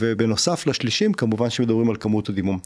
ובנוסף לשלישים כמובן שמדברים על כמות הדימום.